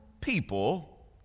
people